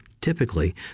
typically